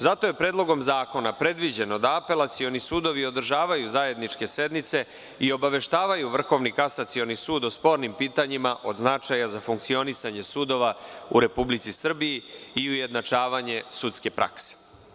Zato je predlogom zakona predviđeno da apelacioni sudovi održavaju zajedničke sednice i obaveštavaju Vrhovni kasacioni sud o spornim pitanjima od značaja za funkcionisanje sudova u Republici Srbiji i ujednačavanje sudske prakse.